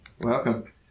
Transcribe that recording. Welcome